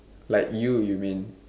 like you you mean